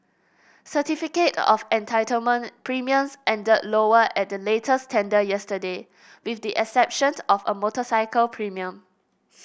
certificate of entitlement premiums ended lower at the latest tender yesterday with the exception of the motorcycle premium